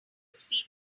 speech